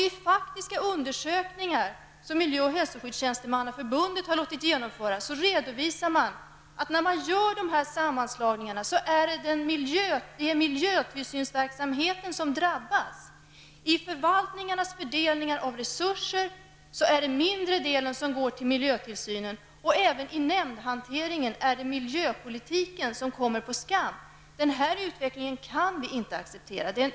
I undersökningar som Miljö och hälsoskyddstjänstemannaförbundet har låtit genomföra redovisas, att vid sådana här sammanslagningar är det miljötillsynsverksamheten som drabbas. I förvaltningarnas fördelning av resurser går den mindre delen till miljötillsynen. Även i nämndhanteringen är det miljöpolitiken som kommer till korta. Den här utvecklingen kan vi inte acceptera.